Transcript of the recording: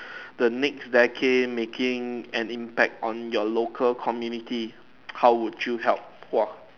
the next decade making an impact on your local community how would you help [wah]